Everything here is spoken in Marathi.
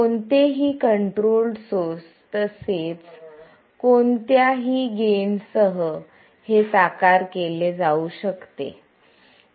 कोणतेही कंट्रोल्ड सोर्स तसेच कोणत्याही गेन सह हे साकार केले जाऊ शकते